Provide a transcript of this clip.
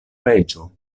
reĝo